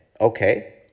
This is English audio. Okay